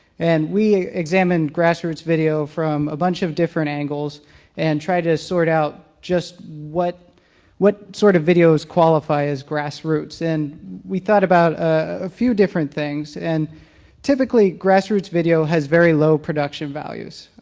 and we examined grassroots video from a bunch of different angles and tried to sort out just what what sort of videos qualify as grassroots. and we thought about a few different things and typically grassroots video has very low production values.